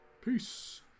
peace